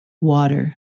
Water